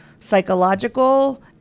psychological